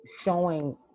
showing